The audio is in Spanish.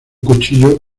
cuchillo